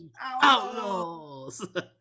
outlaws